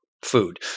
food